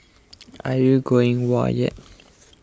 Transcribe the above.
are you going whoa yet